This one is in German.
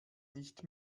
nicht